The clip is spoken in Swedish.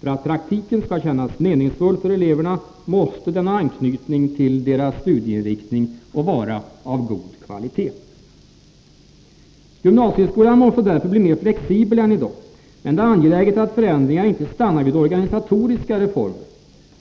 För att praktiken skall kännas meningsfull för eleverna måste den ha anknytning till deras studieinriktning och vara av god kvalitet. Gymnasieskolan måste därför bli mer flexibel än i dag. Men det är angeläget att förändringar inte stannar vid organisatoriska reformer.